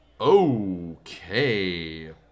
Okay